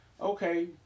okay